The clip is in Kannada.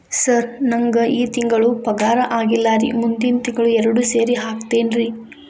ಸರ್ ನಂಗ ಈ ತಿಂಗಳು ಪಗಾರ ಆಗಿಲ್ಲಾರಿ ಮುಂದಿನ ತಿಂಗಳು ಎರಡು ಸೇರಿ ಹಾಕತೇನ್ರಿ